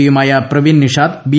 പിയുമായ Praveen Nishad B